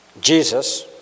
Jesus